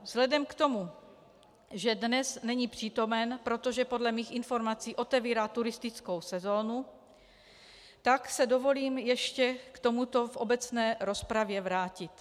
Vzhledem k tomu, že dnes není přítomen, protože podle mých informací otevírá turistickou sezónu, tak si dovolím ještě se k tomuto v obecné rozpravě vrátit.